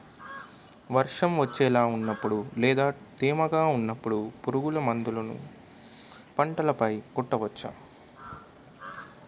వర్షం వచ్చేలా వున్నపుడు లేదా తేమగా వున్నపుడు పురుగు మందులను పంట పై కొట్టవచ్చ?